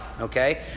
Okay